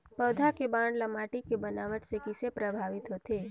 पौधा के बाढ़ ल माटी के बनावट से किसे प्रभावित होथे?